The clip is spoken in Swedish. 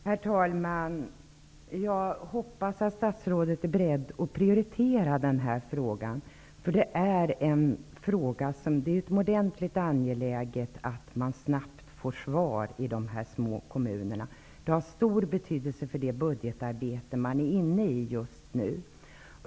Herr talman! Jag hoppas att statsrådet är beredd att prioritera den här frågan, eftersom det är utomordentligt angeläget för de här små kommunerna att snabbt få svar. Det har stor betydelse för det budgetarbete som man är mitt uppe i just nu.